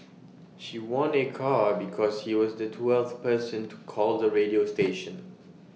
she won A car because she was the twelfth person to call the radio station